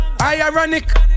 Ironic